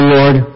Lord